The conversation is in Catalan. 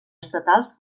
estatals